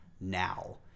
now